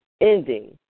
ending